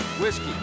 Whiskey